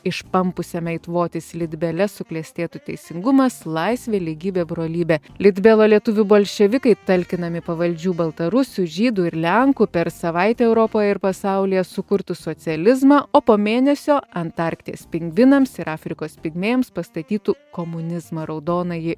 išpampusiame it votis litbele suklestėtų teisingumas laisvė lygybė brolybė litbelo lietuvių bolševikai talkinami pavaldžių baltarusių žydų ir lenkų per savaitę europoje ir pasaulyje sukurtų socializmą o po mėnesio antarkties pingvinams ir afrikos pigmėjams pastatytų komunizmą raudonąjį